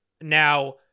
Now